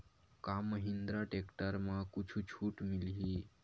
का महिंद्रा टेक्टर म कुछु छुट मिलही?